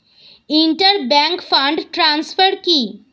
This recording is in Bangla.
ইন্টার ব্যাংক ফান্ড ট্রান্সফার কি?